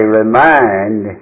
remind